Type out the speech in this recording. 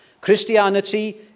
Christianity